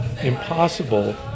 impossible